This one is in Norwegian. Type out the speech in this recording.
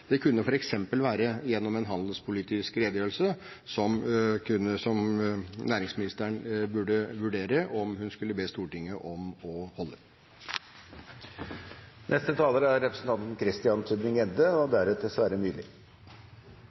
Det kunne f.eks. være gjennom en handelspolitisk redegjørelse som næringsministeren burde vurdere om hun skulle be Stortinget om å holde. Jeg tar ordet som medlem i NATOs parlamentarikerforsamling og